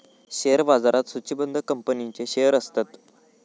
share बाजारात सुचिबद्ध कंपनींचेच शेअर्स असतत